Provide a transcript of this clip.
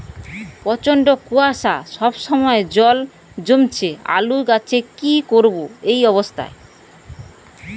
প্রচন্ড কুয়াশা সবসময় জল জমছে আলুর গাছে কি করব এই অবস্থায়?